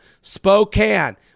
Spokane